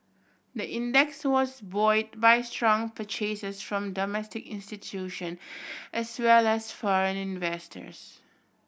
the index was buoyed by strong purchases from domestic institution as well as foreign investors